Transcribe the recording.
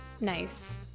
nice